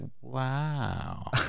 Wow